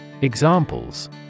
Examples